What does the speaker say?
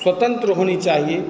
स्वतंत्र होनी चाहिए